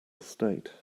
state